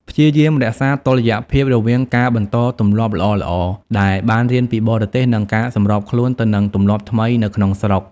ព្យាយាមរក្សាតុល្យភាពរវាងការបន្តទម្លាប់ល្អៗដែលបានរៀនពីបរទេស និងការសម្របខ្លួនទៅនឹងទម្លាប់ថ្មីនៅក្នុងស្រុក។